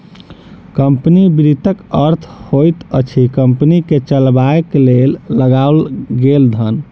company वित्तक अर्थ होइत अछि कम्पनी के चलयबाक लेल लगाओल गेल धन